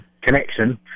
connection